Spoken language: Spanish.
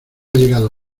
llegado